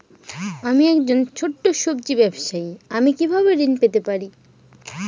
আমি একজন ছোট সব্জি ব্যবসায়ী আমি কিভাবে ঋণ পেতে পারি?